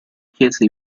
chiese